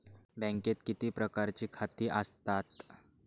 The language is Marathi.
बँकेत किती प्रकारची खाती आसतात?